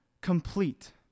Complete